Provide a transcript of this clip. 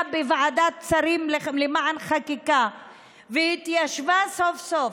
בוועדת השרים לחקיקה והתיישבה סוף-סוף,